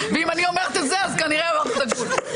ואם אני אומרת את זה אז כנראה עברתם את הגבול.